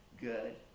good